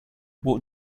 what